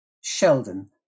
Sheldon